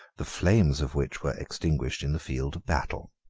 the flames of which were extinguished in the field of battle.